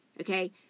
Okay